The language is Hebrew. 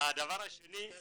דבר שני,